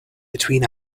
between